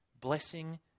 Blessing